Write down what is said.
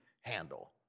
handle